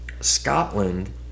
Scotland